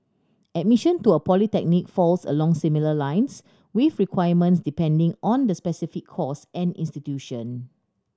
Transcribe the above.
admission to a polytechnic falls along similar lines with requirements depending on the specific course and institution